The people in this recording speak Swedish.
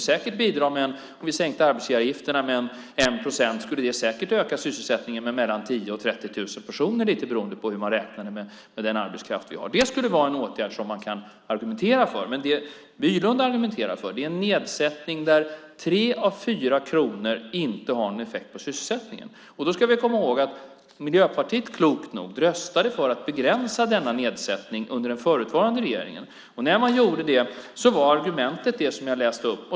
Om vi sänkte arbetsgivaravgifterna med 1 procent skulle det säkert öka sysselsättningen med mellan 10 000 och 30 000 personer, lite beroende på hur man räknade med den arbetskraft vi har. Det skulle vara en åtgärd som man kan argumentera för, men det Bolund argumenterar för är en nedsättning där 3 av 4 kronor inte har någon effekt på sysselsättningen. Då ska vi komma ihåg att Miljöpartiet klokt nog röstade för att man skulle begränsa denna nedsättning under den förutvarande regeringen. Och när man gjorde det var argumentet det som jag läste upp.